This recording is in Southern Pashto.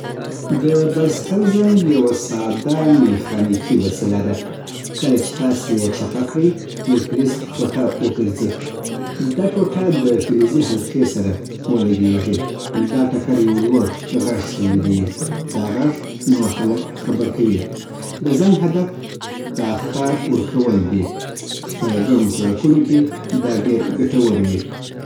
د بایسکل زنګ یو ساده میخانیکي وسیله ده. کله چې تاسې یې چپه کړئ، یو فلز ټوټه وګرځي. دا ټوټه د فلزي حلقې سره ولګېږي. دا ټکر یو لوړ غږ تولیدوي. دا غږ نور خلک خبر کوي. د زنګ هدف د اخطار ورکول دي. په ګڼو سړکونو کې دا ډېر ګټور وي